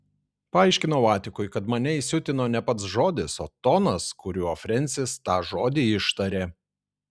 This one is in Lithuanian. paaiškinau atikui kad mane įsiutino ne pats žodis o tonas kuriuo frensis tą žodį ištarė